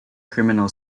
criminal